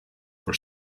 for